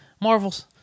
Marvel's